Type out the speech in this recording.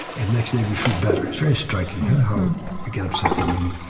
and next day we feel better. it's very striking how um we get upset and and